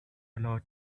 allowed